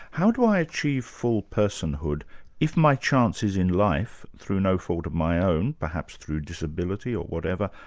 how do i achieve full personhood if my chances in life through no fault of my own, perhaps through disability or whatever,